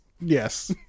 Yes